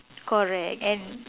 correct and